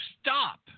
stop